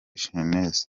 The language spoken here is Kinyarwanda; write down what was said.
jeunesse